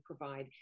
provide